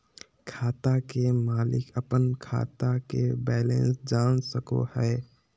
खाता के मालिक अपन खाता के बैलेंस जान सको हय